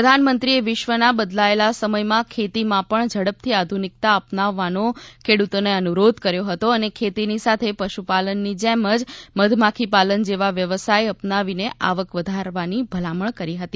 પ્રધાનમંત્રીએ વિશ્વના બદલાયેલા સમયમાં ખેતીમાં પણ ઝડપથી આધુનિકતા અપનાવવાનો ખેડૂતોને અનુરોધ કર્યો હતો અને ખેતીની સાથે પશુપાલની જેમ જ મધમાખી પાલન જેવા વ્યવસાય અપનાવીને આવક વધારવાની ભલામણ કરી હતી